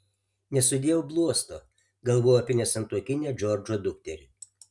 nesudėjau bluosto galvojau apie nesantuokinę džordžo dukterį